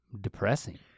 depressing